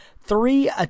three